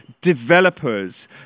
developers